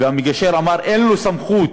והמגשר אמר שאין לו סמכות